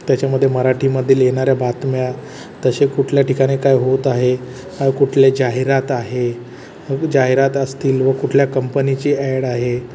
त्याच्यामध्ये मराठीमधील येणाऱ्या बातम्या तसे कुठल्या ठिकाणी काय होत आहे काय कुठले जाहिरात आहे जाहिरात असतील व कुठल्या कंपनीची ॲड आहे